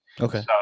Okay